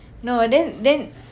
no then then